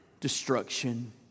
destruction